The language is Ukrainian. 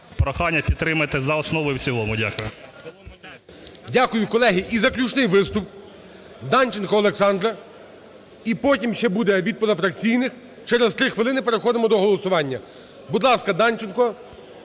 прохання підтримати за основу і в цілому. Дякую. ГОЛОВУЮЧИЙ. Дякую, колеги. І заключний виступ Данченка Олександра, і потім ще буде від позафракційних. Через три хвилини переходимо до голосування. Будь ласка, Данченко